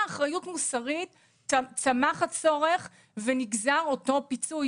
אחריות מוסרית צמח הצורך ונגזר אותו פיצוי,